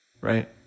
right